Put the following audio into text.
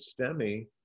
STEMI